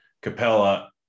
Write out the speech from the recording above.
Capella